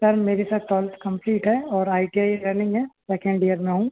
sir मेरी sir twelfth complete है और आई टी आई रनिंग है सेकेंड इयर में हूँ